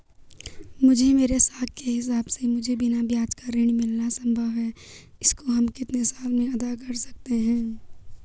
मुझे मेरे साख के हिसाब से मुझे बिना ब्याज का ऋण मिलना संभव है इसको हम कितने साल में अदा कर सकते हैं?